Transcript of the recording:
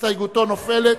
הסתייגותו נופלת.